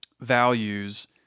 values